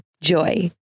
JOY